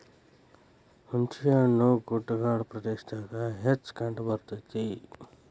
ಹುಂಚಿಹಣ್ಣು ಗುಡ್ಡಗಾಡ ಪ್ರದೇಶದಾಗ ಹೆಚ್ಚ ಕಂಡಬರ್ತೈತಿ